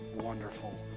wonderful